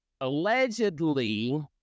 Allegedly